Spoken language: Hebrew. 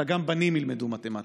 אלא גם בנים ילמדו מתמטיקה.